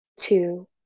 two